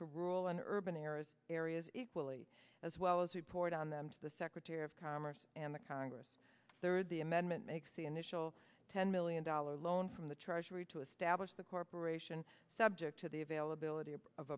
to rural and urban areas areas equally as well as report on them to the secretary of commerce and the congress there are the amendment makes the initial ten million dollars loan from the treasury to establish the corporation subject to the availability of